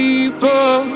People